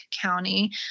County